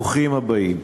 ברוכים הבאים.